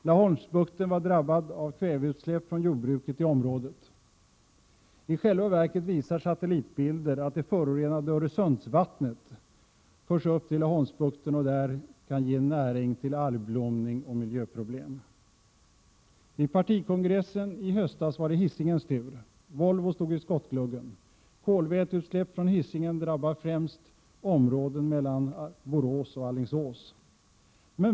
Laholmsbukten var drabbad av kväveutsläpp från jordbruket i området. I själva verket visar satellitbilder att det är det förorenade Öresundsvattnet som förs upp till Laholmsbukten. Där kan det ge näring till algblomning och miljöproblem. Vid partikongressen i höstas var det Hisingens tur. Volvo stod i skottglug gen. Kolväteutsläpp från Hisingen drabbar främst området mellan Borås och Alingsås.